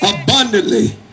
abundantly